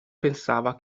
pensava